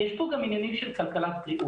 יש פה גם עניינים של כלכלת בריאות.